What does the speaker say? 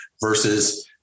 versus